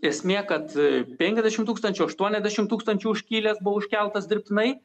esmė kad penkiasdešim tūkstančių aštuoniasdešim tūkstančių užkilęs buvo užkeltas dirbtinai